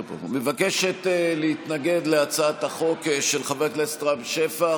מבקשת להתנגד להצעת החוק של חבר הכנסת רם שפע,